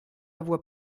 voix